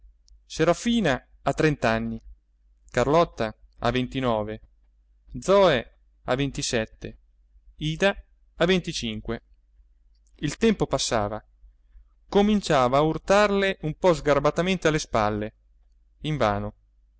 serafina a trent'anni carlotta a ventinove zoe a ventisette ida a venticinque il tempo passava cominciava a urtarle un po sgarbatamente alle spalle invano